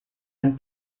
ein